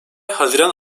haziran